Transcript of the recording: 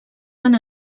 van